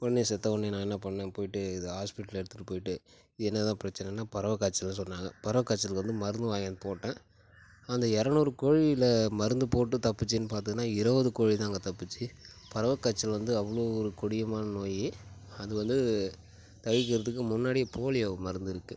உடனே செத்த உடனே நான் என்ன பண்ண போய்ட்டு இதை ஹாஸ்ப்பிட்டல் எடுத்துட்டு போய்ட்டு என்னதான் பிரச்சனைன்னா பறவை காய்ச்சல்னு சொன்னாங்கள் பறவை காய்ச்சலுக்கு வந்து மருந்து வாங்கியாந்து போட்டேன் அந்த இரநூறு கோழியில மருந்து போட்டு தப்பிச்சதுன்னு பார்த்திங்கன்னா இருபது கோழி தாங்க தப்பிச்சு பறவை காய்ச்சல் வந்து அவ்வளோ ஒரு கொடியமான நோய் அது வந்து தவிக்கிறதுக்கு முன்னாடி போலியோ மருந்து இருக்குது